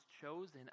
chosen